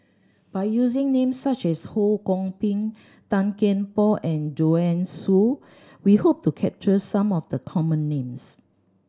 by using names such as Ho Kwon Ping Tan Kian Por and Joanne Soo we hope to capture some of the common names